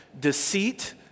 deceit